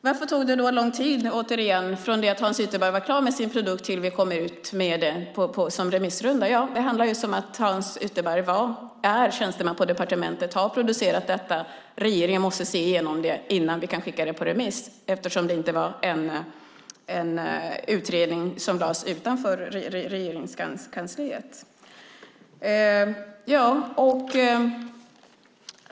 Varför tog det sådan tid att få ut produkten på remissrunda efter att Hans Ytterberg var klar? Jo, just för att Hans Ytterberg var tjänsteman på departementet och det inte var en extern utredning måste regeringen titta igenom den innan den kan gå ut på remiss.